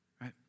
right